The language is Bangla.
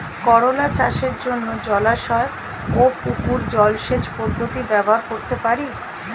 করোলা চাষের জন্য জলাশয় ও পুকুর জলসেচ পদ্ধতি ব্যবহার করতে পারি?